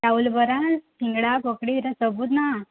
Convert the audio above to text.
ଚାଉଲ୍ ବରା ସିଙ୍ଗଡ଼ା ପକୁଡ଼ି ଏଟା ସବୁ ନା